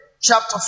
Chapter